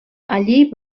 allí